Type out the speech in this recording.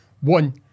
one